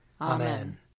Amen